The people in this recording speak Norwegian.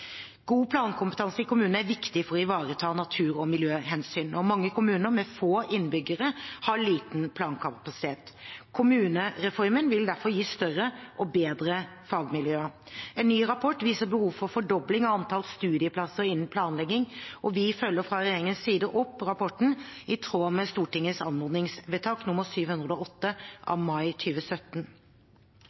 God plankompetanse i kommunene er viktig for å ivareta natur- og miljøhensyn. Mange kommuner med få innbyggere har liten plankapasitet. Kommunereformen vil derfor gi større og bedre fagmiljøer. En ny rapport viser behov for en fordobling av antall studieplasser innen planlegging. Vi følger fra regjeringens side opp rapporten i tråd med Stortingets anmodningsvedtak nr. 708 av mai